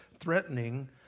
threatening